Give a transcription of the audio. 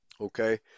okay